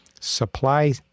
supply